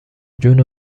جون